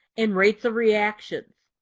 and rates of reactions.